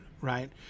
right